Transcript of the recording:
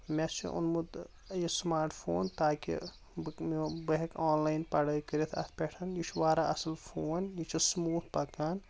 مےٚ چھُ اوٚنمُت یہِ سماٹ فون تاکہِ بہٕ ہیکہٕ آن لاین پڑٲے کرِتھ اتھ پٮ۪ٹھ یہِ چھُ واریاہ اصل فو ن یہِ چھُ سموٗتھ پکان